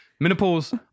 Menopause